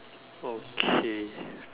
okay